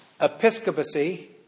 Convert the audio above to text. episcopacy